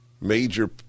Major